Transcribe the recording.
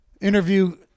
interview